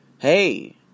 Hey